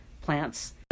Plants